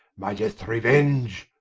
my deaths reuenge,